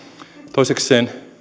toisekseen